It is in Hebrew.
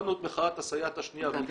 הובלנו את מחאת הסייעת השנייה והצלחנו.